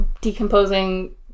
decomposing